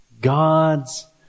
God's